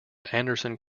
anderson